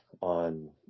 on